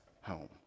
home